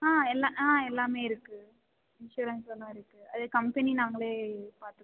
ஆ எல்லாம் ஆ எல்லாம் இருக்குது இன்ஷுரன்ஸுலாம் இருக்குது அது கம்பெனி நாங்கள் பார்த்துக்குவோம்